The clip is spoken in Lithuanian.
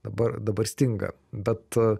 dabar dabar stinga bet